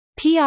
PR